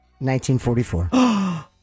1944